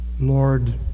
Lord